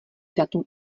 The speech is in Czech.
datum